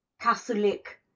Catholic